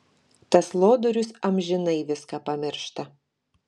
tas lodorius amžinai viską pamiršta